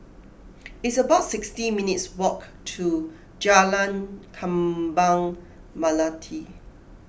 it's about sixty minutes' walk to Jalan Kembang Melati